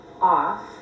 off